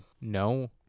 no